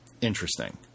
interesting